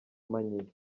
manyinya